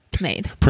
made